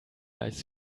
als